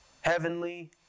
Heavenly